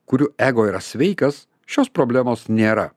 kurių ego yra sveikas šios problemos nėra